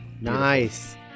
Nice